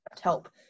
help